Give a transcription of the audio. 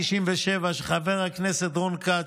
1497, של חבר הכנסת רון כץ,